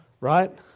right